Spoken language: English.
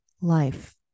life